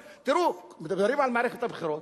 מדברים על מערכת הבחירות,